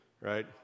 Right